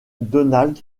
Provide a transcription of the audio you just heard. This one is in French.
donald